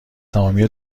تمامی